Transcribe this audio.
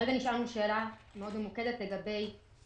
כרגע נשאלנו שאלה מאוד ממוקדת לגבי